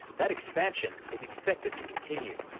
that expansion is expected to continue.